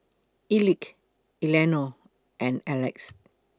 Elick Eleanor and Alex